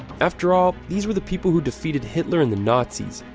afterall, these were the people who defeated hitler and the nazis,